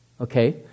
okay